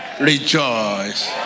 Rejoice